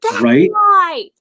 right